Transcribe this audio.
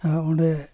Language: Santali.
ᱟᱨ ᱚᱸᱰᱮ